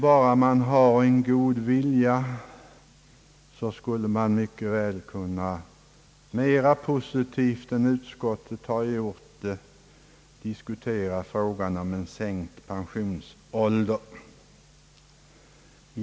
Bara man har en god vilja skulle man mycket väl mera positivt än utskottet gjort kunna diskutera frågan om en sänkt pensionsålder.